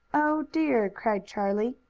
oh, dear, cried charlie.